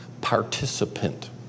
participant